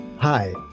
Hi